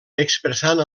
expressant